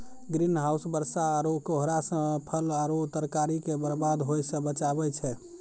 green house बरसा आरु कोहरा से फल आरु तरकारी के बरबाद होय से बचाबै छै